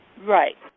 Right